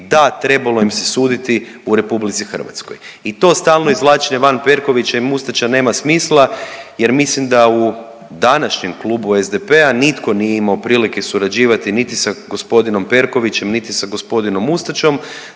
da trebalo im se suditi u RH i to stalno izvlačenje van Perkovića i Mustača nema smisla jer mislim da u današnjem Klubu SDP-a nitko nije imao prilike surađivati niti sa g. Perkovićem, niti sa g. Mustačem